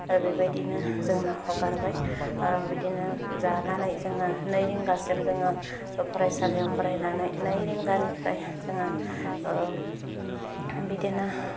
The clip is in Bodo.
बेबायदिनो जोङो हगारबाय बिदिनो जानानै जोङो नै रिंगासिम जोङो फरायसालियाव फरायनानै नै रिंगानिफ्राय जोङो बिदिनो